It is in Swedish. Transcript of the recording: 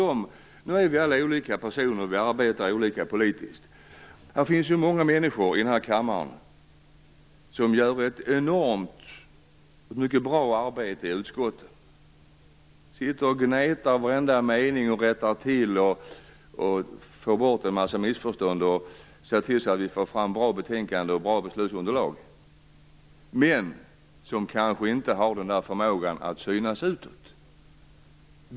Vi är ju alla olika personer och arbetar olika politiskt. I denna kammare finns det många människor som gör ett enormt och mycket bra arbete i utskotten - sitter och gnetar med varenda mening, rättar till, får bort en massa missförstånd och ser till att vi får fram bra betänkanden och bra beslutsunderlag - men kanske inte har den där förmågan att synas utåt.